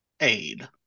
aid